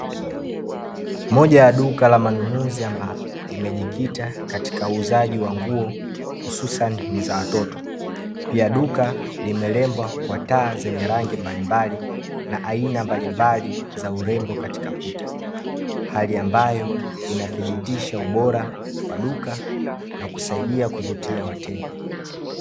Moja ya duka la manunuzi ambalo limejikita katika uuzaji nguo, hususani za watoto. Pia, duka limelembwa na taa zenye rangi mbalimbali na aina mbalimbali za urembo katika kuta, hali ambayo inathibitisha ubora wa duka na kusaidia kuvutia wateja.